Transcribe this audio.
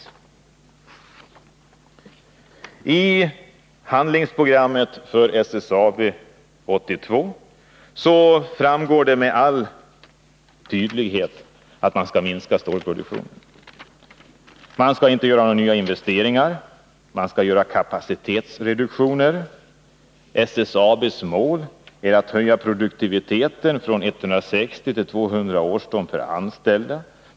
Av SSAB:s Handlingsprogram 1982 framgår med stor tydlighet att man skall minska stålproduktionen. Man skall inte göra några nya investeringar, och man skall genomföra kapacitetsreduktioner. SSAB:s mål är att höja produktiviteten från 160 till 200 årston per anställd.